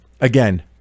Again